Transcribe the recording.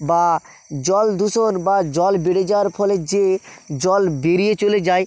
বা জলদূষণ বা জল বেড়ে যাওয়ার ফলে যে জল বেরিয়ে চলে যায়